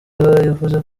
yavuze